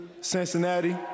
Cincinnati